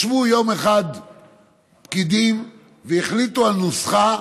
ישבו יום אחד פקידים והחליטו על נוסחה,